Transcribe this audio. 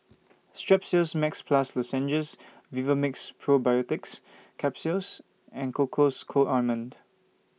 Strepsils Max Plus Lozenges Vivomixx Probiotics Capsule and Cocois Co Ointment